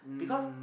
um